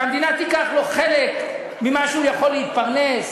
שהמדינה תיקח לו חלק ממה שהוא יכול להתפרנס.